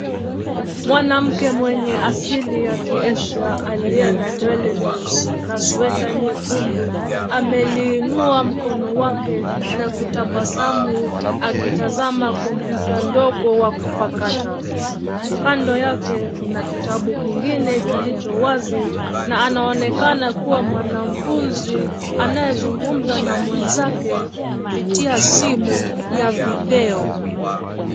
Mwanamke mwenye asili ya ki Asia aliye na nywele nyeusi na sweta nyekundu, ameliinua mkono wake na kutabasamu akitazama kompyuta ndogo wakupakata. Kando yake kuna kitabu kingine kilicho wazi na anaonekana kuwa mwanafunzi anayezungumza na mwenzake kupitia simu ya video.